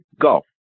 golf